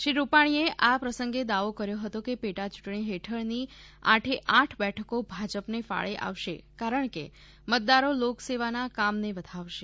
શ્રી રૂપાણીએ આ પ્રસંગે દાવો કર્યો હતો કે પેટા ચૂંટણી હેઠળ ની આઠે આઠ બેઠકો ભાજપ ને ફાળે આવશે કારણ કે મતદારો લોક સેવાના કામને વધાવશે